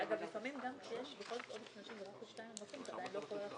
הגדלת הכנסות של מינהל הרכב בסך של 15 מיליון שקלים,